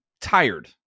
tired